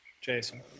Jason